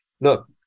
look